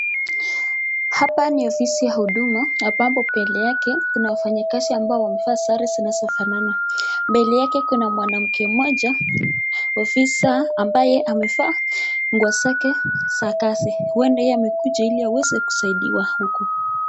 Hapa ni ofisi ya Huduma ambapo mbele yake kuna wafanyikazi ambao wamevaa sare zinazofanana. Mbele yake kuna mwanamke moja ofisa ambaye amevaa nguo zake za kazi, huenda yeye amekuja ili aweze kusaidiwa huku.